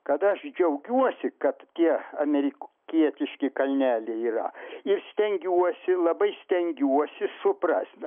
kada aš džiaugiuosi kad tie amerikietiški kalneliai yra ir stengiuosi labai stengiuosi suprasti